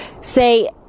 say